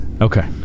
Okay